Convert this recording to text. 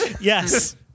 Yes